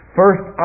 first